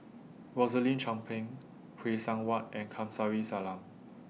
Rosaline Chan Pang Phay Seng Whatt and Kamsari Salam